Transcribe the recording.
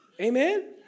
Amen